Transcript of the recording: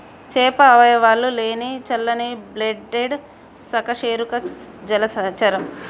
చేప అవయవాలు లేని చల్లని బ్లడెడ్ సకశేరుక జలచరం